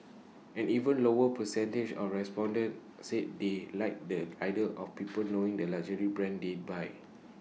an even lower percentage of respondents said they like the idea of people knowing the luxury brands they buy